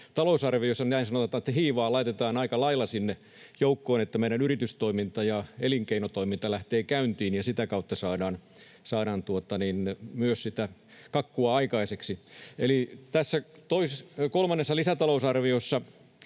talousarviossa, näin sanottuna, hiivaa laitetaan aika lailla sinne joukkoon, että meidän yritystoiminta ja elinkeinotoiminta lähtevät käyntiin ja sitä kautta saadaan myös sitä kakkua aikaiseksi. Tässä kolmannessa lisätalousarviossahan